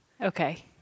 Okay